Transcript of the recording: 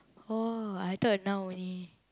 oh I thought now only